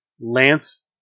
Lance